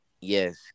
yes